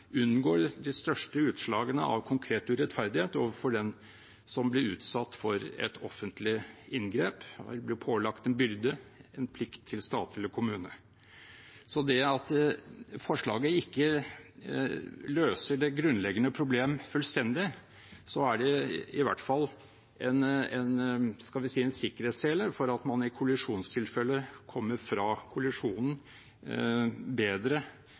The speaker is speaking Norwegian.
unngår de største utslagene av konkret urettferdighet overfor den som blir utsatt for et offentlig inngrep – blir pålagt en byrde, en plikt til stat eller kommune. Om forslaget ikke løser det grunnleggende problemet fullstendig, er det i hvert fall – skal vi si – en sikkerhetssele, slik at man i kollisjonstilfeller kommer fra kollisjonen bedre